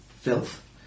filth